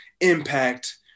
impact